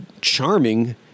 charming